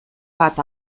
bat